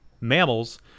mammals